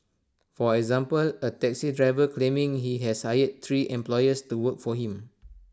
for example A taxi driver claiming he has hired three employees to work for him